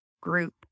group